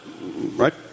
right